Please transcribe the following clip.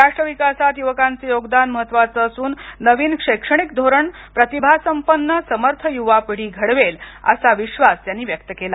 राष्ट्र विकासात युवकांचं योगदान महत्त्वाच असून नवीन शैक्षणिक धोरण प्रतिभा संपन्न समर्थ युवा पिढी घडवेल असं विश्वास त्यांनी व्यक्त केला